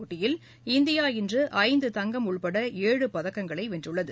போட்டியில் இந்தியா இன்று ஐந்து தங்கம் உட்பட ஏழு பதக்கங்களை வென்றுள்ளது